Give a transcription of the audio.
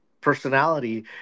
personality